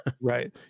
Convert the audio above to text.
right